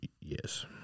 Yes